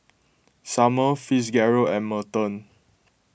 Sumner Fitzgerald and Merton